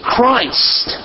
Christ